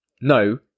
No